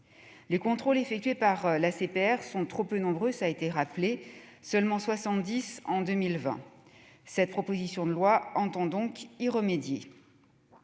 Les contrôles effectués par l'ACPR sont trop peu nombreux : seulement 70 en 2020. Cette proposition de loi entend donc y remédier.